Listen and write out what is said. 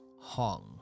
hong